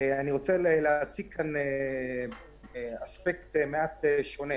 אני רוצה להציג כאן אספקט מעט שונה.